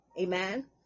Amen